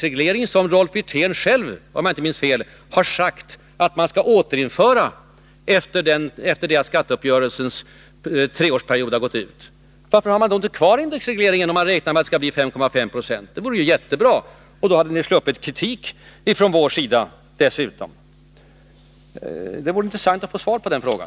Rolf Wirtén har ju, om jag inte minns fel, själv sagt att man skall återinföra den indexregleringen sedan skatteuppgörelsens treårsperiod har gått ut. Varför har man då inte kvar indexregleringen, om man räknar med att inflationen skall ligga på 5-5,5 26? Det hade ju varit jättebra. Då hade ni dessutom sluppit kritik från vår sida. Det vore intressant att få svar på den frågan.